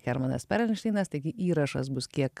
hermanas perelšteinas taigi įrašas bus kiek